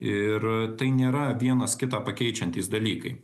ir tai nėra vienas kitą pakeičiantys dalykai